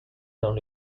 only